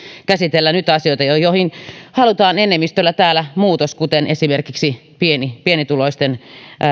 käsitellä nyt asioita joihin halutaan enemmistöllä täällä muutos kuten esimerkiksi pienituloisten